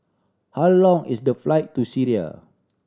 how long is the flight to Syria